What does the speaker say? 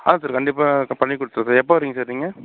ஆ sir கண்டிப்பாக பண்ணிக் கொடுத்துட்றேன் எப்போது வரீங்க சார் நீங்கள்